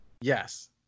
yes